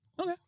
okay